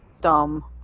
Dumb